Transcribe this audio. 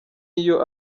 iyo